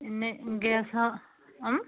এনেই গেছ